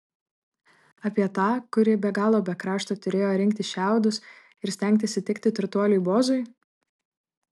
apie tą kuri be galo be krašto turėjo rinkti šiaudus ir stengtis įtikti turtuoliui boozui